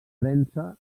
premsa